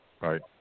Right